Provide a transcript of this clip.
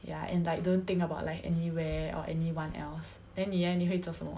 ya and don't think about like anywhere or anyone else then 妳 eh 妳会做什么